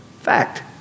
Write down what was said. Fact